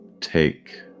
take